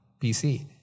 PC